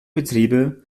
betriebe